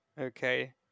okay